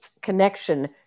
connection